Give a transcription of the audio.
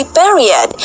period